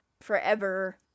forever